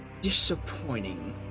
disappointing